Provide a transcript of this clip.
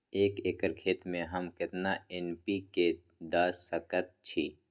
एक एकर खेत में हम केतना एन.पी.के द सकेत छी?